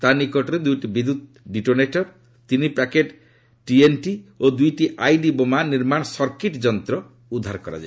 ତା' ନିକଟରୁ ଦୁଇଟି ବିଦ୍ୟୁତ୍ ଡିଟୋନେଟର ତିନିପ୍ୟାକେଟ୍ ଟିଏନ୍ଟି ଓ ଦୁଇଟି ଆଇଇଡି ବୋମା ନିର୍ମାଣ ସର୍କିଟ୍ ଯନ୍ତ୍ର ଉଦ୍ଧାର କରାଯାଇଛି